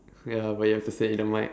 ya but you have to say it in the mike